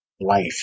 Life